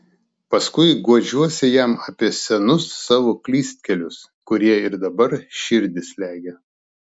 paskui guodžiuosi jam apie senus savo klystkelius kurie ir dabar širdį slegia